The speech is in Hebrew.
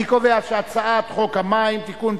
אני קובע שהצעת חוק המים (תיקון,